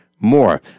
more